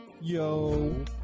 yo